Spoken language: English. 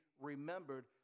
remembered